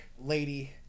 lady